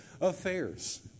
affairs